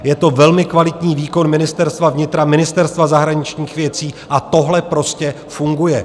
Je to velmi kvalitní výkon Ministerstva vnitra, Ministerstva zahraničních věcí a tohle prostě funguje.